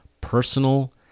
personal